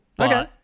Okay